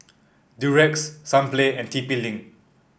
Durex Sunplay and T P Link